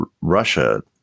Russia